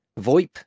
VoIP